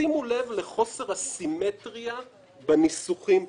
שימו לב לחוסר הסימטריה בניסוחים פה.